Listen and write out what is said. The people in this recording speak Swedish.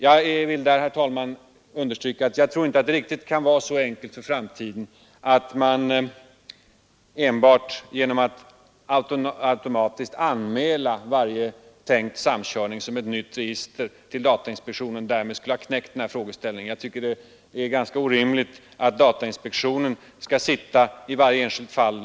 Jag vill understryka att jag inte tror att man kan knäcka det problemet enbart genom att hänvisa till att varje tänkt samkörning i framtiden automatiskt skall anmälas som ett nytt register till datainspektionen. Det är en orimlig tanke att datainspektionen skulle avgöra den saken i varje enskilt fall.